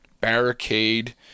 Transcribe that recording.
barricade